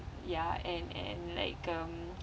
ya and and like um